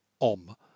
OM